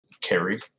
Carry